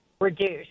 reduced